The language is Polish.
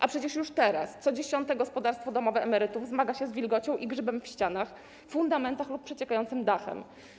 A przecież już teraz co 10 gospodarstwo domowe emerytów zmaga się z wilgocią i grzybem na ścianach, w fundamentach lub przeciekającym dachem.